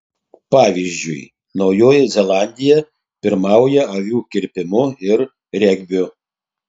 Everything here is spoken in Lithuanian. pavyzdžiui naujoji zelandija pirmauja avių kirpimu ir regbiu